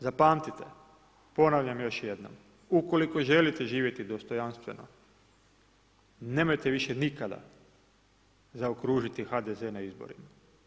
Zapamtite, ponavljam još jednom, ukoliko želite živjeti dostojanstveno nemojte više nikada zaokružiti HDZ na izborima.